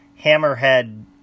hammerhead